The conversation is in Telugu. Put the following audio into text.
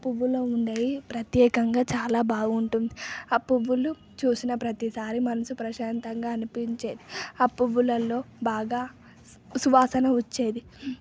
ఆ పువ్వులో ఉండేయి ప్రత్యేకంగా చాలా బాగుంటుంది ఆ పువ్వులు చూసిన ప్రతిసారి మనసు ప్రశాంతంగా అనిపించే ఆ పువ్వులలో బాగా సువాసన వచ్చేది